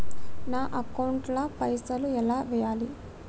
నా అకౌంట్ ల పైసల్ ఎలా వేయాలి?